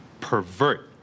pervert